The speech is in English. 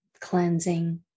cleansing